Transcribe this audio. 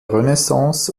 renaissance